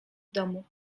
domu